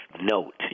note